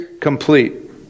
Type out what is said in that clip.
complete